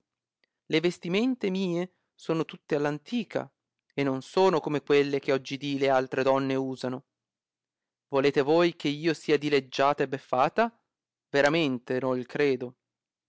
le vestimente mie sono tutte all antica e non sono come quelle che oggidì le altre donne usano volete voi che io sia dileggiata e beffata veramente no credo